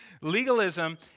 Legalism